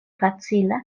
facila